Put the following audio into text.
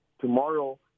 Tomorrow